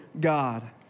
God